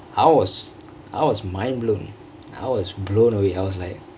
I was I was mind blown I was blown away I was like